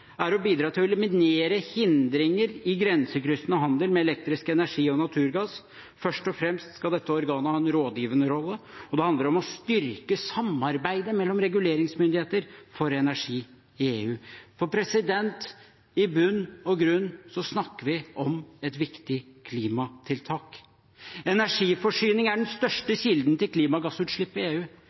er å bidra til å eliminere hindringer i grensekryssende handel med elektrisk energi og naturgass. Først og fremst skal dette organet ha en rådgivende rolle, og det handler om å styrke samarbeidet mellom reguleringsmyndigheter for energi i EU. I bunn og grunn snakker vi om et viktig klimatiltak. Energiforsyning er den største kilden til klimagassutslipp i EU.